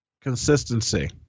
Consistency